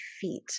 feet